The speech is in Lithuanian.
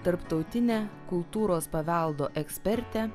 tarptautine kultūros paveldo eksperte